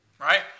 Right